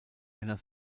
einer